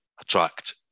attract